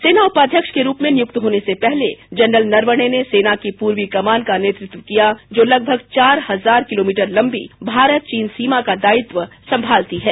सेना उपाध्यक्ष के रूप में नियुक्त होने से पहले जनरल नरवणे ने सेना की पूर्वी कमान का नेतृत्व किया जो लगभग चार हजार किलोमीटर लंबी भारत चीन का दायित्व संभालती है